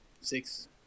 Six